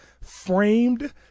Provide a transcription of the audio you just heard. framed